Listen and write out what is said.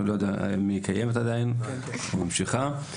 אני לא יודע אם היא קיימת עדיין היא ממשיכה.